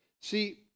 See